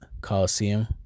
Coliseum